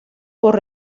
por